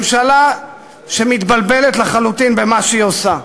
ממשלה שמתבלבלת לחלוטין במה שהיא עושה.